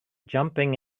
jumping